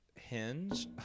Hinge